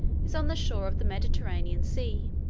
is on the shore of the mediterranean sea.